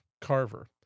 Carver